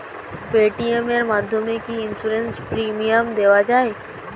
Paytm এর মাধ্যমে কি ইন্সুরেন্স প্রিমিয়াম দেওয়া যায়?